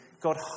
God